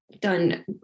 done